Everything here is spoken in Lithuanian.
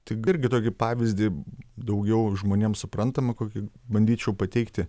tik irgi tokį pavyzdį daugiau žmonėms suprantamą kokį bandyčiau pateikti